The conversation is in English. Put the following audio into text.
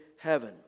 heaven